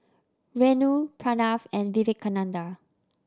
Renu Pranav and Vivekananda